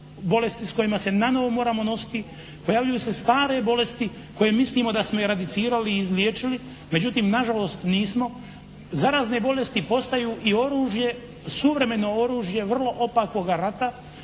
bolesti s kojima se nanovo moramo nositi. Pojavljuju se stare bolesti koje mislimo da smo ih … /Govornik se ne razumije./ … i izliječili. Međutim nažalost nismo. Zarazne bolesti postaju i oružje, suvremeno oružje vrlo opakoga rata